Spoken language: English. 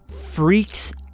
freaks